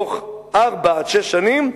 בתוך ארבע עד שש שנים,